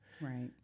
Right